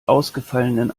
ausgefallenen